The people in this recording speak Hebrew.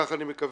כך אני מקווה,